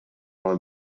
ала